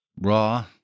Raw